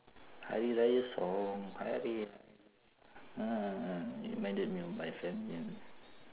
hari-raya song hari-raya uh uh uh it reminded me of my friend ya